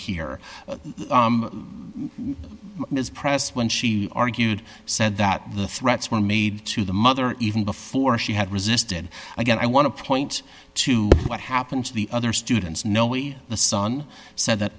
here in this press when she argued said that the threats were made to the mother even before she had resisted again i want to point to what happened to the other students no way the son said that